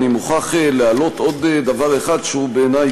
אני מוכרח להעלות עוד דבר אחד שהוא בעיני,